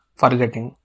forgetting